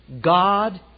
God